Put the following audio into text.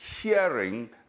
hearing